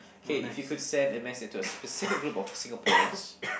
K if you could send a message to a specific group of Singaporeans